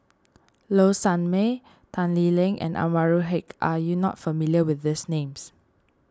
Low Sanmay Tan Lee Leng and Anwarul Haque are you not familiar with these names